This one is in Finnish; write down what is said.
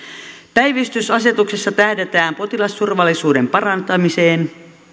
päivystysasetuksessa tähdätään potilasturvallisuuden parantamiseen